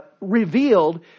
revealed